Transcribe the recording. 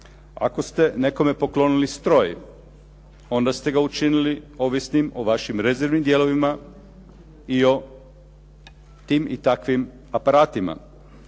Ako ste nekome poklonili stroj, onda ste ga učinili ovisnim o vašim rezervnim dijelovima i o tim i takvim aparatima.